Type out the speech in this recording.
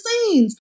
scenes